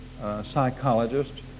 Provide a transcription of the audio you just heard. psychologist